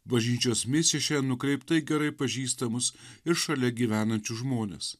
bažnyčios misija šiandien nukreipta į gerai pažįstamus ir šalia gyvenančius žmones